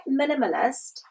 minimalist